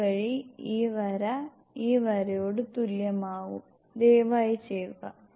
അതുവഴി ഈ വര ഈ വരയോട് തുല്യമാവും ദയവായി ചെയ്യുക